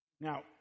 Now